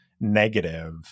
negative